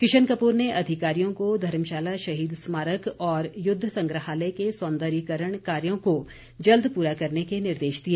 किशन कपूर ने अधिकारियों को धर्मशाला शहीद स्मारक और युद्ध संग्रहालय के सौंदर्यीकरण कार्यों को जल्द पूरा करने के निर्देश दिए